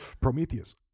Prometheus